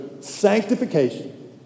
sanctification